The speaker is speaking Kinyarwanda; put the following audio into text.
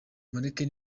mureke